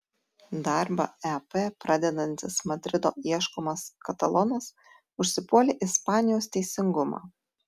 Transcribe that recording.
darbą ep pradedantis madrido ieškomas katalonas užsipuolė ispanijos teisingumą